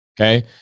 Okay